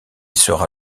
sera